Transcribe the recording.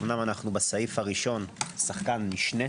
אמנם אנו בסעיף הראשון שחקן משנה